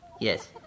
Yes